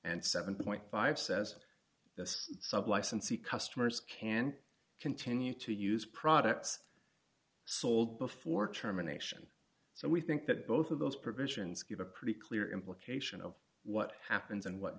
and seven five says this sub licensee customers can continue to use products sold before terminations so we think that both of those provisions give a pretty clear implication of what happens and what